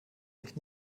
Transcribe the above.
sich